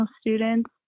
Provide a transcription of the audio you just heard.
students